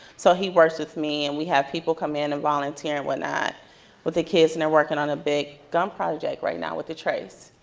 so he works with me, and we have people come in and volunteer and what not with the kids, and they're working on a big gun project right with the trace.